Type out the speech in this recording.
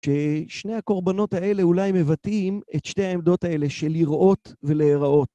ששני הקורבנות האלה אולי מבטאים את שתי העמדות האלה של לראות ולהיראות.